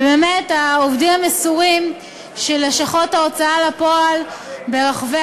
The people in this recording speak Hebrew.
ובאמת העובדים המסורים של לשכות ההוצאה לפועל ברחבי